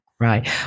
Right